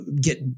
get